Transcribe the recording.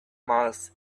miles